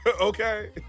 Okay